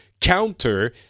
counter